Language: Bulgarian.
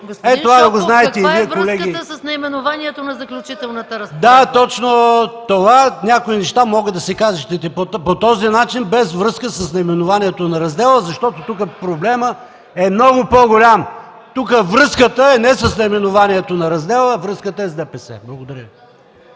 разпоредба”? ПАВЕЛ ШОПОВ: Да, точно това – някои неща могат да се кажат и по този начин, без връзка с наименованието на раздела, защото тук проблемът е много по-голям. Тук връзката е не с наименованието на раздела, връзката е с ДПС. Благодаря